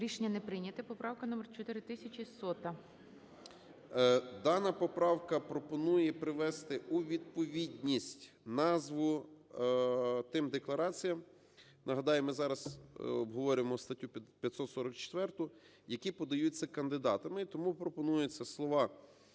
Рішення не прийнято. Поправка номер 4100-а. 17:10:05 СИДОРОВИЧ Р.М. Дана поправка пропонує привести у відповідність назву тим деклараціям, – нагадаю, ми зараз обговорюємо статтю 544, – які подаються кандидатами. І тому пропонується: "Слова